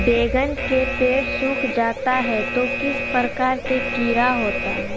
बैगन के पेड़ सूख जाता है तो किस प्रकार के कीड़ा होता है?